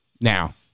Now